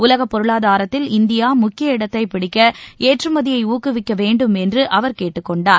உலக பொருளாதாரத்தில் இந்தியா முக்கிய இடத்தை பிடிக்க ஏற்றுமதியை ஊக்குவிக்க வேண்டும் என்று அவர் கேட்டுக்கொண்டார்